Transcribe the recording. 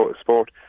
sport